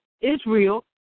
Israel